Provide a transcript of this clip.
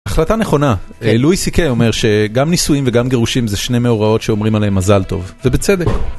החלטה נכונה, לואי סי קיי אומר שגם נישואים וגם גירושים זה שני מאורעות שאומרים עליהם מזל טוב, ובצדק.